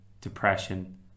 depression